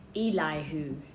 Elihu